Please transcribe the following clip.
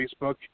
Facebook